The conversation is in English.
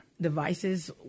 devices